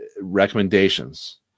recommendations